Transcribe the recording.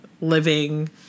living